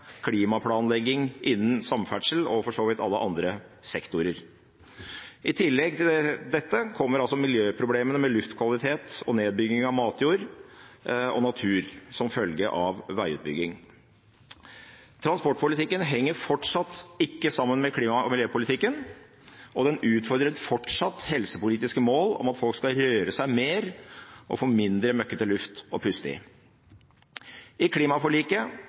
klimaplanlegging innenfor samferdsel og for så vidt alle andre sektorer. I tillegg til dette kommer miljøproblemene med luftkvalitet og nedbygging av matjord og natur som følge av veiutbygging. Transportpolitikken henger fortsatt ikke sammen med klima- og miljøpolitikken, og den utfordrer fortsatt helsepolitiske mål om at folk skal røre seg mer og få mindre møkkete luft å puste inn. I klimaforliket